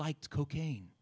liked cocaine